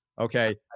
Okay